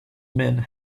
men